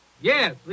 Yes